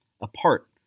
apart